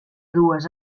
dues